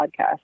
podcast